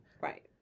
Right